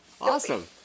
Awesome